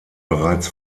bereits